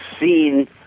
seen